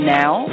now